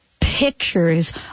pictures